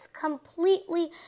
completely